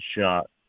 shot